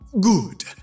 Good